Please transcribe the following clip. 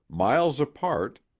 miles apart,